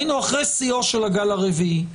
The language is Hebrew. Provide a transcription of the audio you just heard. היינו אחרי שיאו של הגל הרביעי,